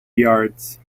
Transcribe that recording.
yards